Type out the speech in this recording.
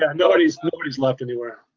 ah nobody's nobody's left anywhere.